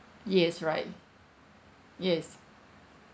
yes right yes